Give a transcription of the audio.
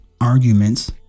arguments